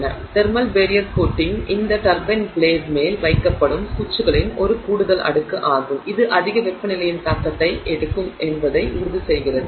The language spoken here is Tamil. எனவே தெர்மல் பேரியர் கோட்டிங் இந்த டர்பைன் பிளேடு மேல் வைக்கப்படும் பூச்சுகளின் ஒரு கூடுதல் அடுக்கு ஆகும் இது அதிக வெப்பநிலையின் தாக்கத்தை எடுக்கும் என்பதை உறுதி செய்கிறது